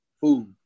food